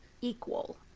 equal